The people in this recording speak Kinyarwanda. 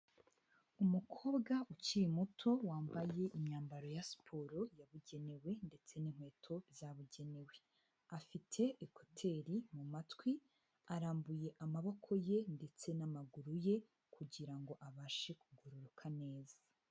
Umukobwa ukiri muto, wambaye imyambaro ya siporo yabugenewe ndetse n'inkweto byabugenewe, afite ekuteri mu matwi, arambuye amaboko ye ndetse n'amaguru ye kugira ngo abashe kugororoka neza.